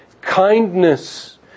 kindness